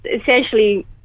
essentially